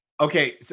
Okay